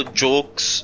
jokes